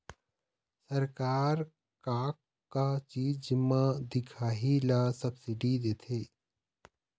सरकार का का चीज म दिखाही ला सब्सिडी देथे?